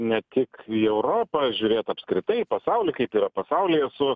ne tik į europą žiūrėt apskritai į pasaulį kaip yra pasaulyje su